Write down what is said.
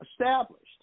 established